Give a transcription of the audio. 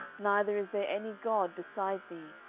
neither is there any god beside thee,